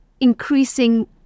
increasing